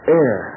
air